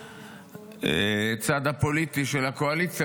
בצד הפוליטי של הקואליציה,